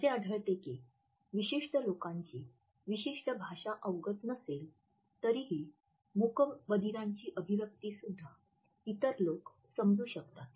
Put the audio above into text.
असे आढळते की विशेष लोकांची विशिष्ट भाषा अवगत नसेल तरीही मूकबधीरांची अभिव्यक्तीसुद्धा इतर लोक समजू शकतात